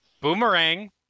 boomerang